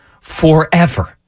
forever